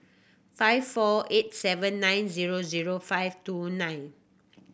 five four eight seven nine zero zero five two nine